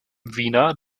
wiener